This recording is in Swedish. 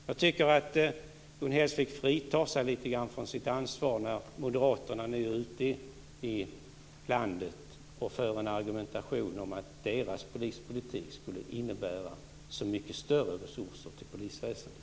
Jag tycker att Gun Hellsvik och moderaterna ute i landet nu vill frita sig litet från sitt ansvar när de för en argumentation innebärande att deras polispolitik skulle ge så mycket större resurser till polisväsendet.